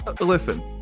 Listen